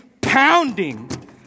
pounding